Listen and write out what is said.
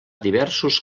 diversos